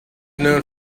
known